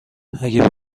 اگه